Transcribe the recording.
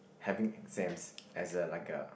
having exams as a like a